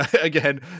again